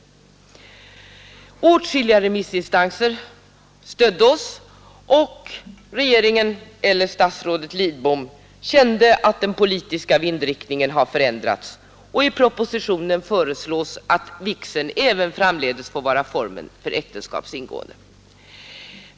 Åtskilliga remissinstanser stödde oss. Regeringen eller statsrådet Lidbom kände att den politiska vindriktningen har förändrats, och i propositionen föreslås att vigseln även framdeles får vara formen för äktenskapets ingående.